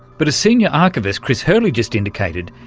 but as senior archivist chris hurley just indicated,